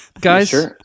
guys